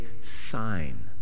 sign